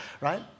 right